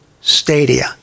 stadia